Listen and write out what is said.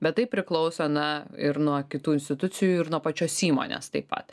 bet tai priklauso na ir nuo kitų institucijų ir nuo pačios įmonės taip pat